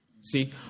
See